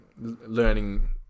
learning